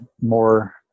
more